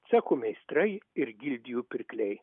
cechų meistrai ir gildijų pirkliai